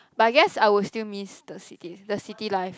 but I guess I would still miss the city the city life